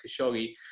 Khashoggi